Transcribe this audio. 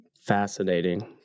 fascinating